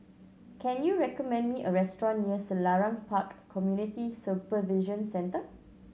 can you recommend me a restaurant near Selarang Park Community Supervision Centre